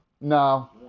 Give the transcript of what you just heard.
no